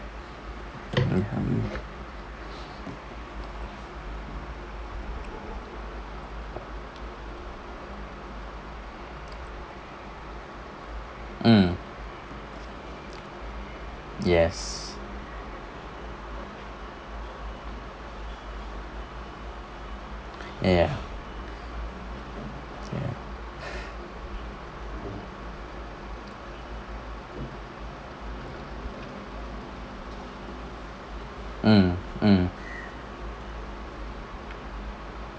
mm yes ya ya mm mm ya uh uh